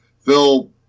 Phil